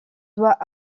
doit